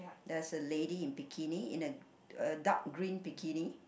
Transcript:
there's a lady in bikini in a a dark green bikini